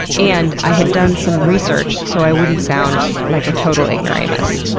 and i had done some research so i wouldn't sound like a total ignoramus.